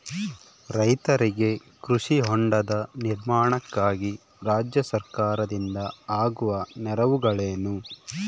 ರೈತರಿಗೆ ಕೃಷಿ ಹೊಂಡದ ನಿರ್ಮಾಣಕ್ಕಾಗಿ ರಾಜ್ಯ ಸರ್ಕಾರದಿಂದ ಆಗುವ ನೆರವುಗಳೇನು?